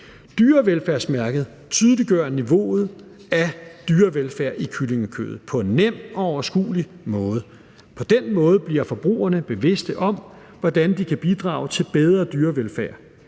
Dyrevelfærdsmærket tydeliggør niveauet af dyrevelfærd i forhold til kyllingekødet på en nem og overskuelig måde. På den måde bliver forbrugerne bevidste om, hvordan de kan bidrage til bedre dyrevelfærd.